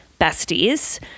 besties